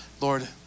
Lord